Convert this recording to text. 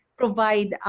provide